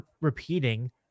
repeating